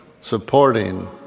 supporting